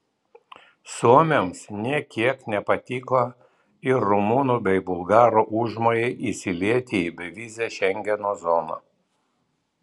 suomiams nė kiek nepatiko ir rumunų bei bulgarų užmojai įsilieti į bevizę šengeno zoną